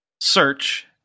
search